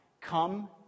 Come